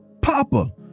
Papa